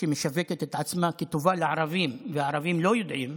שמשווקת את עצמה כטובה לערבים, והערבים לא יודעים,